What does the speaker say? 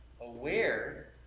Aware